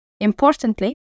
Importantly